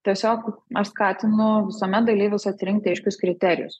tiesiog aš skatinu visuomet dalyvius atsirinkti aiškius kriterijus